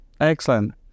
Excellent